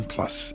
Plus